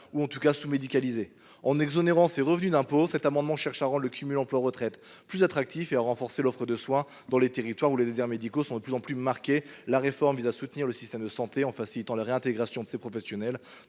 rurales ou sous médicalisées. En exonérant ces revenus d’impôt, nous cherchons à rendre le cumul emploi retraite plus attractif et à renforcer l’offre de soins dans les territoires où les déserts médicaux se font de plus en plus prégnants. Cette réforme vise à soutenir notre système de santé en facilitant la réintégration de ces professionnels,